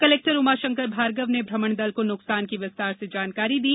collector Umashankar Bhargava ने भ्रमण दल को नुकसान की विस्तार से जानकारी दी